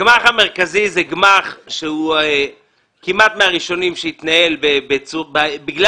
הגמ"ח המרכזי הוא גמ"ח כמעט מהראשונים שהתנהל ובגלל